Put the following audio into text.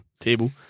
table